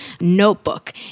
notebook